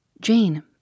Jane